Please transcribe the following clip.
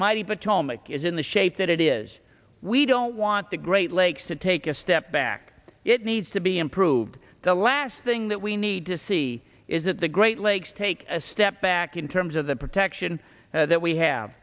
mighty potomac is in the shape that it is we don't want the great lakes to take a step back it needs to be improved the last thing that we need to see is that the great lakes take a step back in terms of the protection that we have